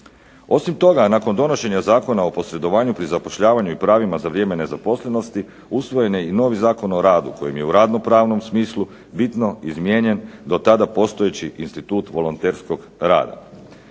Osim toga nakon donošenja Zakon o posredovanju pri zapošljavanju i pravima za vrijeme nezaposlenosti usvojen je i novi Zakon o radu kojim je u radno-pravnom smislu bitno izmijenjen do tada postojeći institut volonterskog rada.